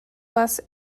bus